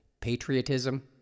patriotism